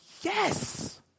yes